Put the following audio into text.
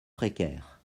précaires